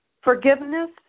forgiveness